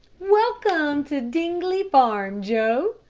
welcome to dingley farm, joe,